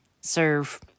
serve